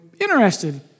interested